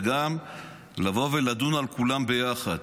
וגם לבוא ולדון על כולם ביחד,